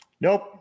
Nope